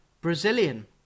Brazilian